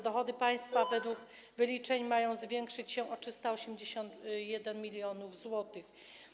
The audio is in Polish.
Dochody państwa według wyliczeń mają zwiększyć się o 381 mln zł.